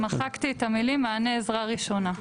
אז בסעיף 2(א) מחקתי את המילים "מענה עזרה ראשונה".